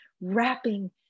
wrapping